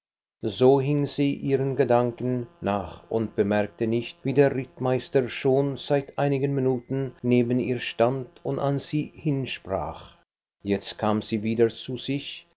so hing sie ihren gedanken nach und bemerkte nicht wie der rittmeister schon seit einigen minuten neben ihr stand und an sie hin sprach jetzt kam sie wieder zu sich was